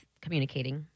communicating